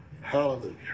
Hallelujah